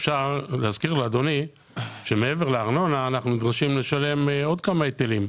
אפשר להזכיר לאדוני שמעבר לארנונה אנחנו נדרשים לשלם עוד כמה היטלים,